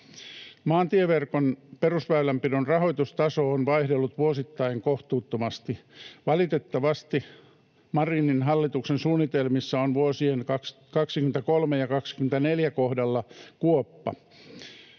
Maantieverkon perusväylänpidon rahoitustaso on vaihdellut vuosittain kohtuuttomasti. Valitettavasti Marinin hallituksen suunnitelmissa on vuosien 23 ja 24 kohdalla kuoppa.